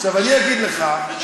עכשיו, אני אגיד לך,